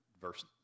verse